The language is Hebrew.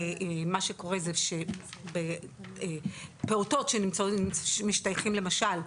מה שקורה זה שפעוטות שמשתייכים למשל,